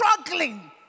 struggling